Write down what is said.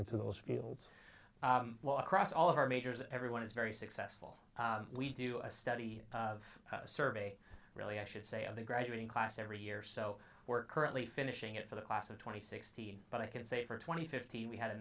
into those fields well across all of our majors everyone is very successful we do a study of a survey really i should say of the graduating class every year so we're currently finishing it for the class of twenty sixty but i can say for twenty fifty we had a